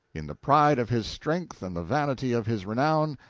in the pride of his strength and the vanity of his renown,